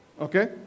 okay